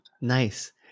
Nice